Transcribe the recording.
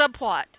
subplot